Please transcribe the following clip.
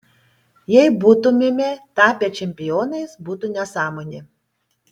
jei būtumėme tapę čempionais būtų nesąmonė